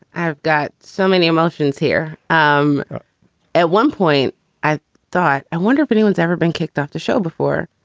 i've got so many emotions here. um at one point i thought, i wonder if anyone's ever been kicked off the show before.